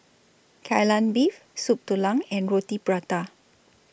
Kai Lan Beef Soup Tulang and Roti Prata